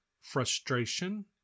frustration